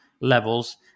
levels